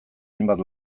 hainbat